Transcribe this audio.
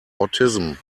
autism